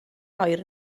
oer